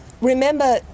Remember